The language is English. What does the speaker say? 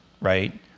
right